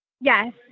yes